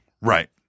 Right